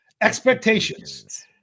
expectations